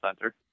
center